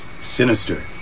sinister